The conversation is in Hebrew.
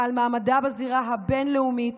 ועל מעמדה בזירה הבין-לאומית